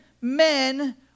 men